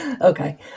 Okay